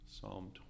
Psalm